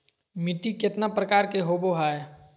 मिट्टी केतना प्रकार के होबो हाय?